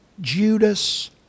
Judas